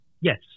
Yes